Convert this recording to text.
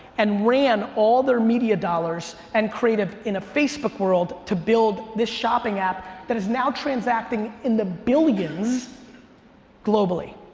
and ran all their media dollars and creative in a facebook world to build this shopping app that is now transacting in the billions globally.